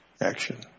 action